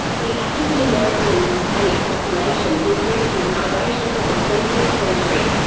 the african american and hispanic populations increased with migrations of the twentieth century.